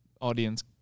audience